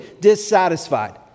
dissatisfied